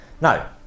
Now